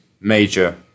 major